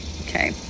okay